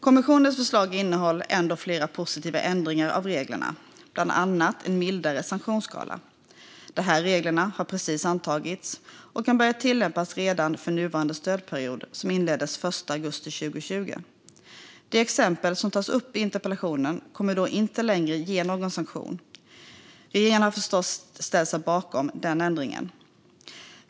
Kommissionens förslag innehöll ändå flera positiva ändringar av reglerna, bland annat en mildare sanktionsskala. Dessa regler har precis antagits och kan börja tillämpas redan för nuvarande stödperiod, som inleddes den 1 augusti 2020. Det exempel som tas upp i interpellationen kommer då inte längre att ge någon sanktion. Regeringen har förstås ställt sig bakom den ändringen.